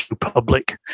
public